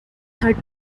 thirty